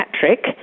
Patrick